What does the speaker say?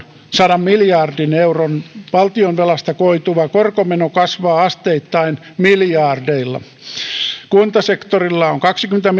sadan miljardin euron valtionvelasta koituva korkomeno kasvaa asteittain miljardeilla kuntasektorilla on kaksikymmentä